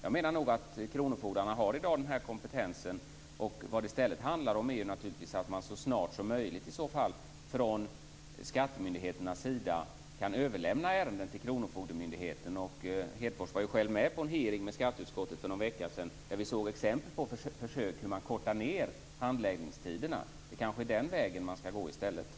Jag menar att kronofogdarna i dag har den här kompetensen och att skattemyndigheterna så snart som möjligt skall överlämna ärendena till kronofogdemyndigheterna. Hedfors var ju själv för någon vecka sedan med på en hearing med skatteutskottet, där vi såg ett försök att förkorta handläggningstiderna. Det är kanske i stället den vägen som man skall gå.